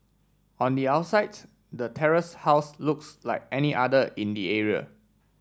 on the outside the terraced house looks like any other in the area